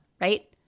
right